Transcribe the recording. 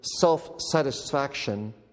self-satisfaction